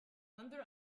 thunder